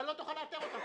אתה לא תוכל לאתר אותם.